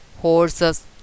horses